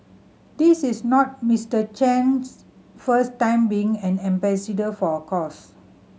this is not Mister Chan's first time being an ambassador for a cause